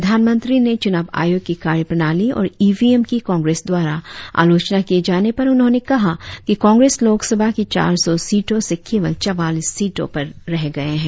प्रधानमंत्री ने चुनाव आयोग की कार्यप्रणाली और ईवीएम की कांग्रेस द्वारा आलोचना किए जाने पर उन्होंने कहा कि कांग्रेस लोकसभा की चार सौ सीटों से केवल चवालीस सीटों पर रह गए है